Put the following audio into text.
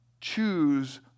choose